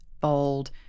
bold